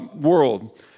world